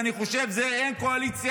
ואני חושב שבזה אין קואליציה,